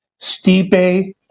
Stipe